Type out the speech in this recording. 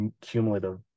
cumulative